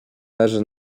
leży